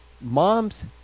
moms